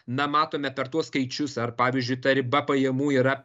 na matome per tuos skaičius ar pavyzdžiui ta riba pajamų yra